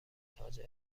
تاجر